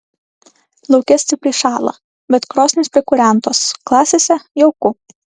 lauke stipriai šąla bet krosnys prikūrentos klasėse jauku